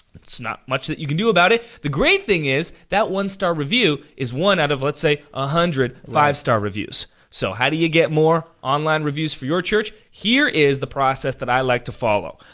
it's not much that you can do about it. the great thing is, that one star review is one out of, let's say, one ah hundred five star reviews. so, how do you get more online reviews for your church? here is the process that i like to follow.